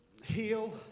heal